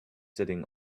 sitting